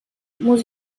muss